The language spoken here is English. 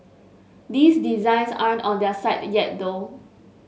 these designs aren't on their site yet though